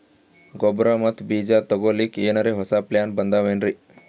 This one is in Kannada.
ಗೊಬ್ಬರ ಮತ್ತ ಬೀಜ ತೊಗೊಲಿಕ್ಕ ಎನರೆ ಹೊಸಾ ಪ್ಲಾನ ಬಂದಾವೆನ್ರಿ?